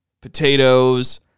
potatoes